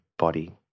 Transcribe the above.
body